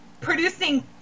producing